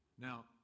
Now